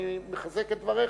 אני מחזק את דבריך,